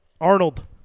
Arnold